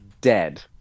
dead